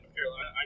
Carolina